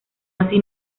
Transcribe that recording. así